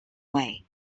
way